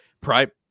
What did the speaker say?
Prime